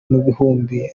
bihumbi